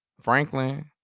Franklin